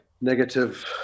negative